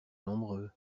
nombreux